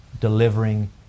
delivering